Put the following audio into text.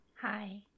Hi